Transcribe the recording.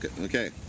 okay